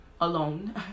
alone